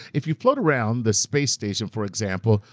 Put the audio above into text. if you float around the space station for example,